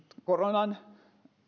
koronan